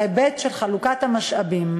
בהיבט של חלוקת המשאבים.